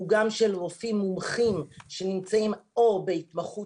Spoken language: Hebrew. הוא גם של רופאים מומחים שנמצאים או בהתמחות